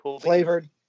Flavored